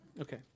Okay